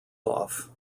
off